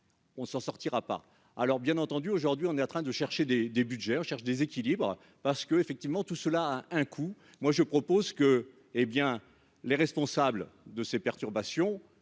On s'en sortira pas. Alors bien entendu, aujourd'hui on est en train de chercher des des Budgets recherche déséquilibre parce que effectivement tout cela a un coût. Moi je propose que, hé bien les responsables de ces perturbations